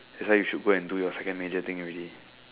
that's why you should go and do your second major thing already